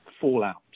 fallout